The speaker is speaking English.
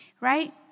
right